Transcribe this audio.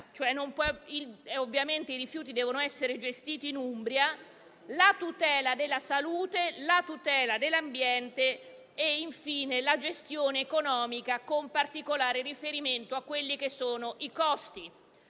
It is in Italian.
(i rifiuti devono essere gestiti in Umbria), la tutela della salute, la tutela dell'ambiente e infine la gestione economica, con particolare riferimento ai costi.